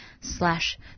slash